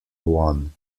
one